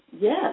yes